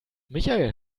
michael